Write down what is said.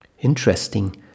Interesting